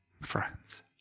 friends